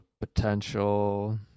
potential